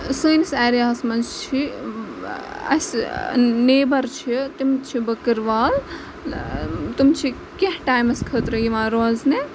سٲنِس ایریاہَس منٛز چھِ اَسہِ نیبَر چھِ تِم تہِ چھِ بٔکٕروال تِم چھِ کینٛہہ ٹایمَس خٲطرٕ یِوان روزنہِ